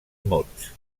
mots